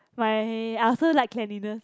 my after light cleanness